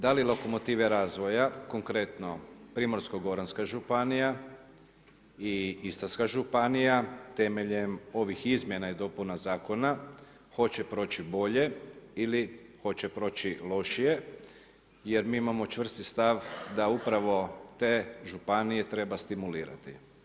Da li lokomotive razvoja, konkretno Primorsko-goranska županija i Istarska županija temeljem ovih izmjena i dopuna zakona hoće proći bolje i li hoće proći lošije jer mi imamo čvrsti stav da upravo te županije treba stimulirati.